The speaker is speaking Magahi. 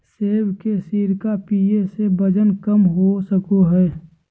सेब के सिरका पीये से वजन कम हो सको हय